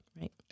Right